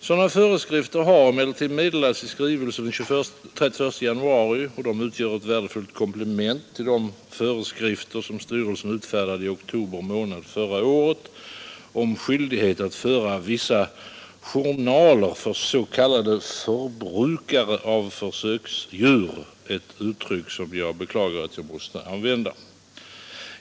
Sådana föreskrifter har emellertid meddelats i skrivelse den 31 januari, och de utgör ett värdefullt komplement till de föreskrifter som styrelsen utfärdade i oktober månad förra året om skyldighet för s.k. förbrukare av försöksdjur — ett uttryck som jag beklagar att jag måste använda — att föra vissa journaler.